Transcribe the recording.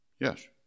Yes